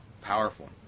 Powerful